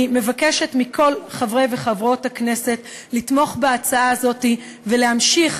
אני מבקש מכל חברי וחברות הכנסת לתמוך בהצעה הזאת ולהמשיך,